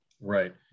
Right